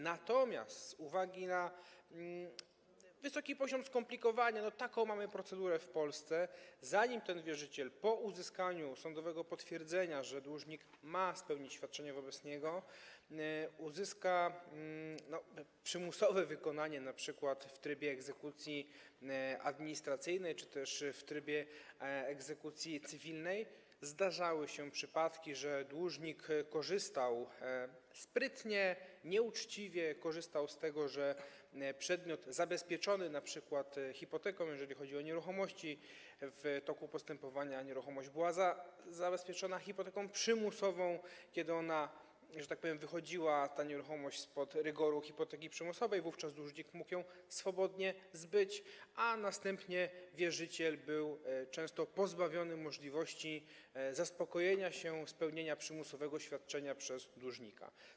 Natomiast z uwagi na wysoki poziom skomplikowania, a taką mamy procedurę w Polsce, zanim ten wierzyciel po uzyskaniu sądowego potwierdzenia, że dłużnik ma spełnić świadczenie wobec niego, uzyskał przymusowe wykonanie np. w trybie egzekucji administracyjnej czy też w trybie egzekucji cywilnej, zdarzały się przypadki, że dłużnik korzystał - sprytnie, nieuczciwie korzystał - z tego, że choć przedmiot był zabezpieczony np. hipoteką, jeżeli chodzi o nieruchomości, w toku postępowania nieruchomość była zabezpieczona hipoteką przymusową, to kiedy ona, że tak powiem, wychodziła spod rygoru hipoteki przymusowej, wówczas dłużnik mógł ją swobodnie zbyć, a następnie wierzyciel był często pozbawiany możliwości zaspokojenia, spełnienia przymusowego świadczenia przez dłużnika.